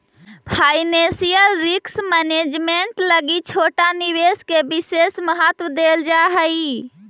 financial risk management लगी छोटा निवेश के विशेष महत्व देल जा हई